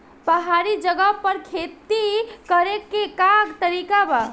पहाड़ी जगह पर खेती करे के का तरीका बा?